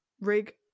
Rig